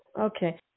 Okay